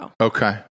Okay